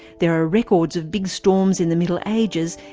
there are records of big storms in the middle ages,